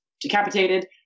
decapitated